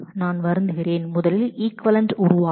நான் வருந்துகிறேன் முதலில் கேண்டிடேட்ஸ் உருவாக்கும்